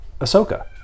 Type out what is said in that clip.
Ahsoka